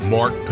Mark